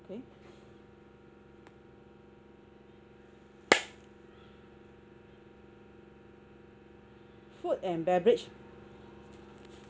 K food and beverage